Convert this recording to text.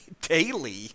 daily